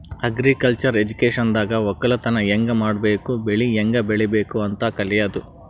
agriculture ಎಜುಕೇಶನ್ದಾಗ್ ವಕ್ಕಲತನ್ ಹ್ಯಾಂಗ್ ಮಾಡ್ಬೇಕ್ ಬೆಳಿ ಹ್ಯಾಂಗ್ ಬೆಳಿಬೇಕ್ ಅಂತ್ ಕಲ್ಯಾದು